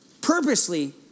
purposely